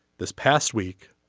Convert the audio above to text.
this past week